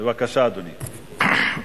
בבקשה, אדוני.